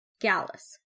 Gallus